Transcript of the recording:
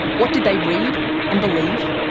what did they read and believe?